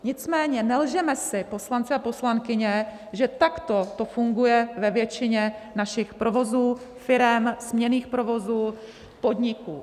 Nicméně nelžeme si, poslanci a poslankyně, že takto to funguje ve většině našich provozů, firem, směnných provozů, podniků.